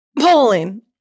polling